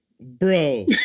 Bro